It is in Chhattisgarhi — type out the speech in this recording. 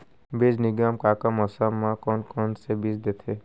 बीज निगम का का मौसम मा, कौन कौन से बीज देथे?